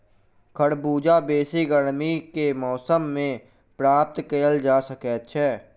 खरबूजा बेसी गर्मी के मौसम मे प्राप्त कयल जा सकैत छै